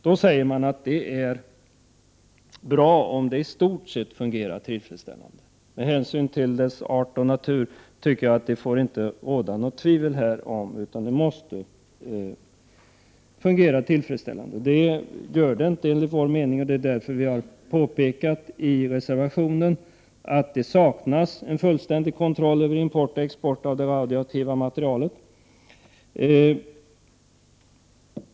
Man säger att det är bra om det här i stort sett fungerar tillfredsställande. Med hänsyn till frågans art och natur tycker jag dock att det inte får råda något tvivel på denna punkt, utan hanteringen måste fungera tillfredsställande. Men så är det inte enligt vår mening. Därför påpekar vi i vår reservation att det saknas en fullständig kontroll över import och export av radioaktivt material.